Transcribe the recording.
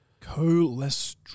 Cholesterol